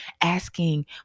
asking